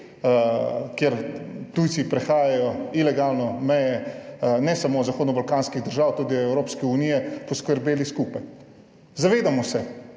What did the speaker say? kjer tujci prehajajo ilegalno meje, ne samo zahodno balkanskih držav, tudi Evropske unije, poskrbeli skupaj. Zavedamo se,